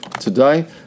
today